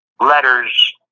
letters